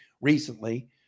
recently